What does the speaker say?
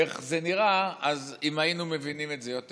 איך זה נראה, אם היינו מבינים את זה יותר.